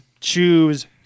choose